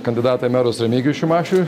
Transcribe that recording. kandidatą į merus remigijų šimašių